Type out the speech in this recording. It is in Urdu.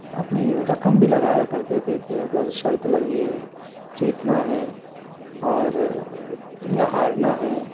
اپنی رقم بھی لگایا کرتے تھے کہ اگر شرط لگی ہے جیتنا ہے اور یا ہارنا ہے